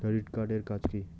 Credit card এর কাজ কি?